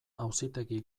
auzitegi